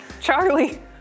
Charlie